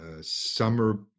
summer